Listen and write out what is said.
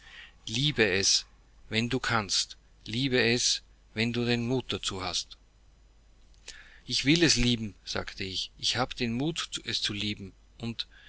liebe es wenn du kannst liebe es wenn du den mut dazu hast ich will es lieben sagte ich ich habe den mut es zu lieben und